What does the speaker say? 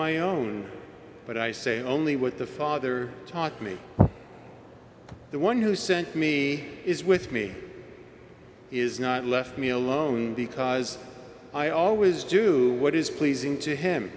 my own but i say only what the father taught me the one who sent me is with me is not left me alone because i always do what is pleasing to him